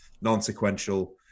non-sequential